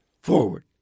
forward